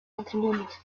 matrimonios